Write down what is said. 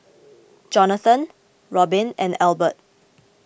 Jonathan Robin and Elbert